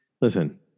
listen